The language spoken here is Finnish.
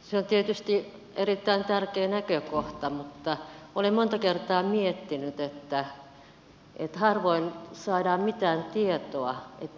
se on tietysti erittäin tärkeä näkökohta mutta olen monta kertaa miettinyt että harvoin saadaan mitään tietoa